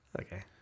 Okay